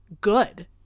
good